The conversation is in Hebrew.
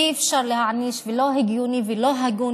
אי-אפשר להעניש ולא הגיוני ולא הגון